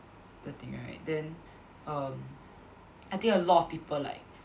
the thing right then um I think a lot of people like